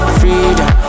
freedom